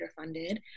underfunded